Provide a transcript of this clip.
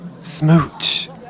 Smooch